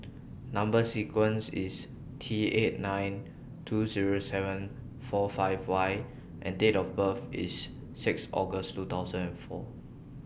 Number sequence IS T eight nine two Zero seven four five Y and Date of birth IS six August two thousand and four